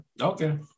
Okay